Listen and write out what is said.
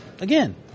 again